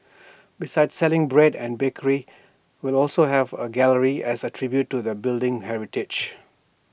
besides selling bread and bakery will also have A gallery as A tribute to the building's heritage